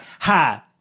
hi